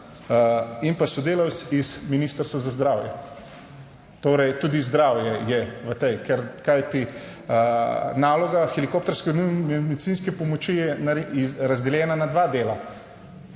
in pa sodelavec iz Ministrstva za zdravje. Torej tudi zdravje je v tem, ker kajti naloga helikopterske nujne medicinske pomoči je razdeljena na dva dela.